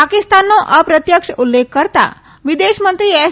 પાકિસ્તાનનો અપ્રત્યક્ષ ઉલ્લેખ કરતાં વિદેશ મંત્રી એસ